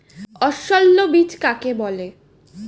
অসস্যল বীজ কাকে বলে?